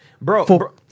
Bro